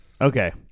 Okay